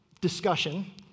discussion